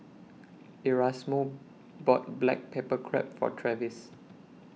Erasmo bought Black Pepper Crab For Travis